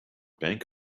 bank